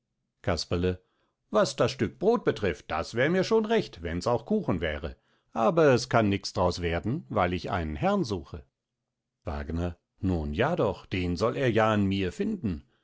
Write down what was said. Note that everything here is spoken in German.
casperle was das stück brot betrifft das wär mir schon recht wenns auch kuchen wäre aber es kann nix draus werden weil ich einen herrn suche wagner nun ja doch den soll er ja an mir finden